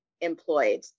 employed